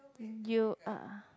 and you are